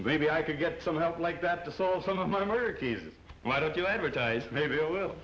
maybe i could get some help like that to solve some of my murky is why don't you advertise maybe it will